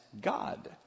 God